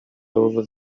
over